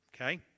okay